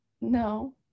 No